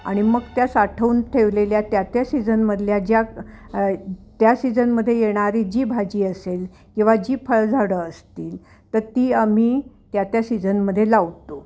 आणि मग त्या साठवून ठेवलेल्या त्या त्या सीजनमधल्या ज्या त्या सीझनमध्ये येणारी जी भाजी असेल किंवा जी फळ झाडं असतील तर ती आम्ही त्या त्या सीजनमध्ये लावतो